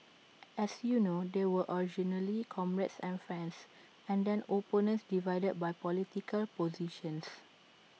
as you know they were originally comrades and friends and then opponents divided by political positions